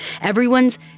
Everyone's